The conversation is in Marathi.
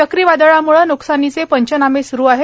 चक्रीवादळाम्ळं न्कसानीचे पंचनामे स्रू आहेत